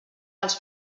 dels